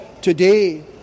today